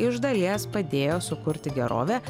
iš dalies padėjo sukurti gerovę